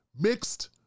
mixed